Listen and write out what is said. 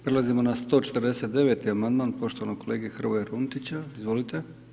Prelazimo na 149. amandman poštovanog kolege Hrvoja Runtić, izvolite.